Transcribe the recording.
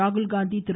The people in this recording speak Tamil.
ராகுல்காந்தி திரு